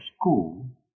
school